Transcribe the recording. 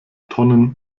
tonnen